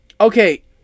Okay